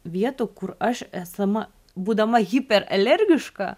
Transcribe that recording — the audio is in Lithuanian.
vietų kur aš esama būdama hiper alergiška